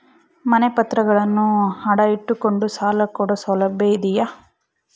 ಮನೆ ಪತ್ರಗಳನ್ನು ಅಡ ಇಟ್ಟು ಕೊಂಡು ಸಾಲ ಕೊಡೋ ಸೌಲಭ್ಯ ಇದಿಯಾ?